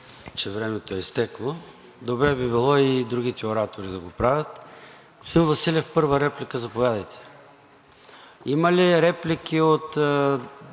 че времето е изтекло. Добре би било и другите оратори да го правят. Господин Василев – първа реплика, заповядайте. Има ли други реплики от